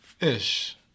Ish